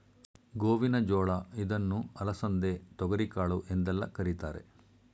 ಗೋವಿನ ಜೋಳ ಇದನ್ನು ಅಲಸಂದೆ, ತೊಗರಿಕಾಳು ಎಂದೆಲ್ಲ ಕರಿತಾರೆ